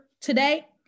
today